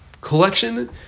collection